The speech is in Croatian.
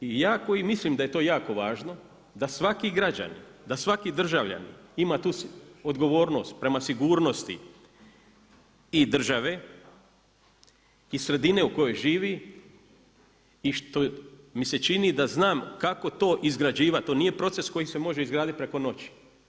Ja koji mislim da je to jako važno, da svaki građanin, da svaki državljanin ima tu odgovornost prema sigurnosti i države i sredine u kojoj živi i što mi se čini da znam kako to izgrađivati, to nije proces koji se može izgraditi preko noći.